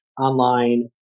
online